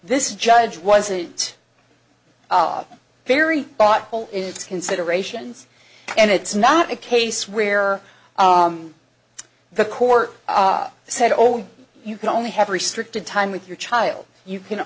this judge wasn't very thoughtful it's considerations and it's not a case where the court said oh you can only have restricted time with your child you can